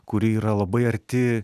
kuri yra labai arti